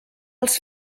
els